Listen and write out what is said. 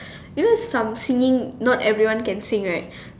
you know some singing not everyone can sing right